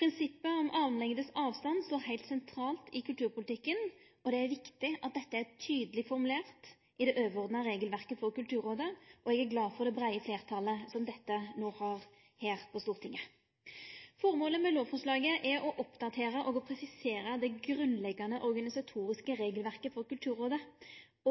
Prinsippet om armlengdes avstand står heilt sentralt i kulturpolitikken, og det er viktig at dette er tydeleg formulert i det overordna regelverket for Kulturrådet. Eg er glad for det breie fleirtalet som støtter dette no her på Stortinget. Formålet med lovforslaget er å oppdatere og presisere det grunnleggjande organisatoriske regelverket for Kulturrådet